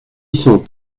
sont